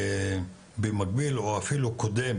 במקביל או אפילו קודם